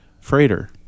freighter